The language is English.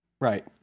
Right